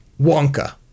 Wonka